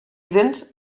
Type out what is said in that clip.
sind